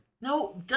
No